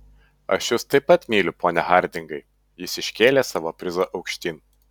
aš jus taip pat myliu pone hardingai jis iškėlė savo prizą aukštyn